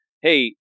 Hey